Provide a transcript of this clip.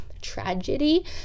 Tragedy